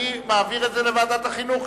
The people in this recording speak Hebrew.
אני מעביר את זה לוועדת החינוך,